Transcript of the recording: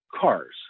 cars